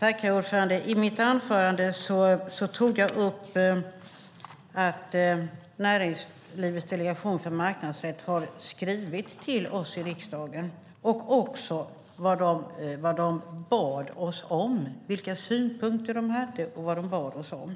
Herr talman! I mitt anförande tog jag upp att Näringslivets delegation för marknadsrätt har skrivit till oss i riksdagen och också vilka synpunkter de hade och vad de bad oss om.